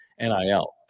NIL